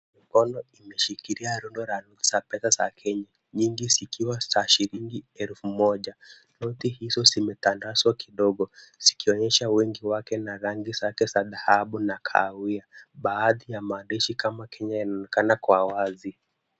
Mikono imeshikilia rundo la noti za pesa za Kenya, nyingi zikiwa za shilingi elfu moja. Noti hizo zimetandazwa kidogo zikionyesha wingi wake na rangi zake za dhahabu na kahawia. Baadhi ya maandishi kama Kenya yanaonekana kwa wazi.